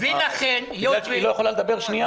היא לא יכולה לדבר שנייה?